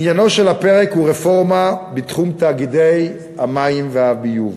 עניינו של הפרק הוא רפורמה בתחום תאגידי המים והביוב.